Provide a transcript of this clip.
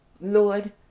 Lord